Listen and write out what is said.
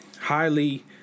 highly